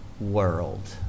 world